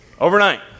overnight